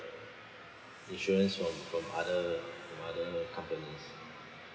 insurance from from other from other companies